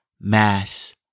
mass